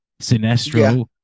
Sinestro